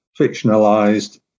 fictionalized